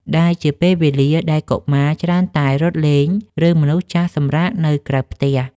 ដែលជាពេលវេលាដែលកុមារច្រើនតែរត់លេង ឬមនុស្សចាស់សម្រាកនៅក្រៅផ្ទះ។